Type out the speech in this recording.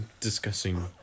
discussing